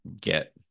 get